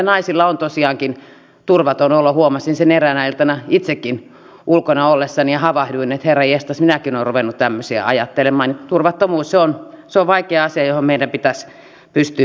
hallitus on toiminut linjakkaasti siinä että kunnat ovat saaneet itse valita haluavatko ne kuntansa alueelle vastaanottokeskuksen ja paikkoja on onneksi löytynyt tämän suuren ihmismäärän keskellä